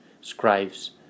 scribes